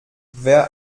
wer